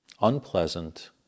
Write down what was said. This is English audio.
unpleasant